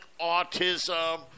autism